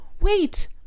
Wait